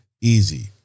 easy